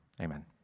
Amen